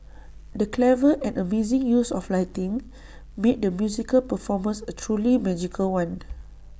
the clever and amazing use of lighting made the musical performance A truly magical one